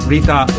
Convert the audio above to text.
Rita